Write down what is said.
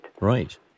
Right